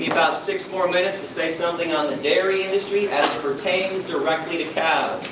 about six more minutes to say something on the dairy industry, as it pertains directly to cows.